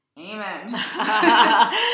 Amen